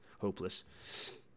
hopeless